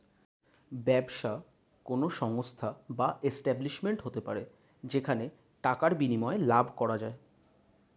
ব্যবসা কোন সংস্থা বা এস্টাব্লিশমেন্ট হতে পারে যেখানে টাকার বিনিময়ে লাভ করা যায়